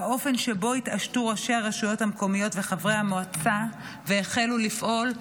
והאופן שבו התעשתו ראשי הרשויות המקומיות וחברי המועצה והחלו לפעול,